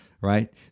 right